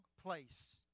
place